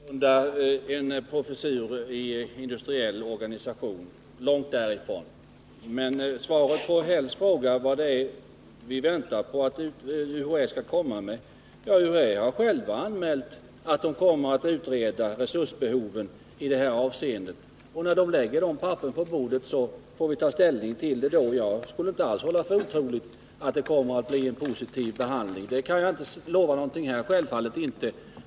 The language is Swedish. Herr talman! Jag förringar ingalunda värdet av en professur i industriell organisation, långt därifrån. Som svar på Karl-Erik Hälls fråga, vad det är vi väntar oss att UHÄ skall komma med, vill jag säga: UHÄ har självt anmält att man kommer att utreda resursbehoven i detta avseende. När man sedan lägger papperen på bordet får vi ta ställning till dem. Jag skulle inte alls hålla för otroligt att det kommer att bli en positiv behandling. Det kan jag självfallet inte här lova någonting om.